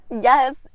yes